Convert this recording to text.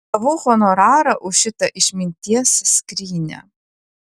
gavau honorarą už šitą išminties skrynią